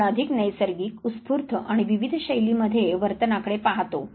आपण अधिक नैसर्गिक उत्स्फूर्त आणि विविध शैलीमध्ये वर्तना कडे पाहतो